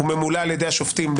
וממולא על ידי השופטים,